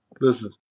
listen